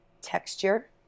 texture